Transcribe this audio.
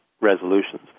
resolutions